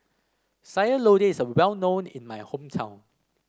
Sayur Lodeh is well known in my hometown